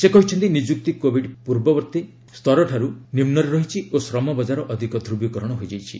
ସେ କହିଛନ୍ତି ନିଯୁକ୍ତି କୋବିଡ୍ ପୂର୍ବବର୍ତ୍ତୀ ସ୍ତରଠାରୁ ନିମ୍ନରେ ରହିଛି ଓ ଶ୍ରମ ବଜାର ଅଧିକ ଧ୍ରବିକରଣ ହୋଇଯାଇଛି